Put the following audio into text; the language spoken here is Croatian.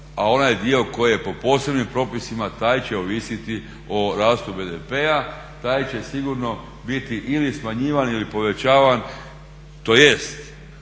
a onaj dio koji je po posebnim propisima taj će ovisiti o rastu BDP-a, taj će sigurno biti ili smanjivan ili povećavan tj.